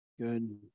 good